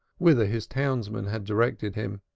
whither his townsman had directed him.